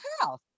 house